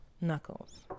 knuckles